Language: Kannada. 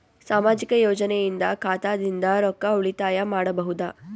ಸಾಮಾಜಿಕ ಯೋಜನೆಯಿಂದ ಖಾತಾದಿಂದ ರೊಕ್ಕ ಉಳಿತಾಯ ಮಾಡಬಹುದ?